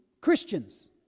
Christians